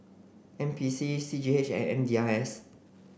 N P C C G H and M D I S